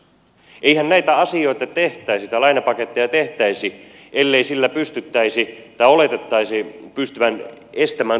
eihän näitä asioita tehtäisi näitä lainapaketteja tehtäisi ellei niillä oletettaisi pystyttävän estämään totaalikatastrofia